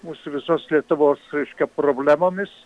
mūsų visos lietuvos reiškia problemomis